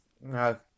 no